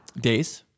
Days